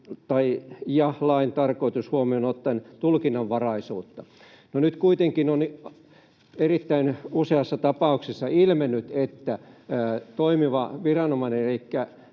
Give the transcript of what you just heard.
tai lain tarkoitus huomioon ottaen tulkinnanvaraisuutta. Nyt kuitenkin on erittäin useassa tapauksessa ilmennyt, että toimiva viranomainen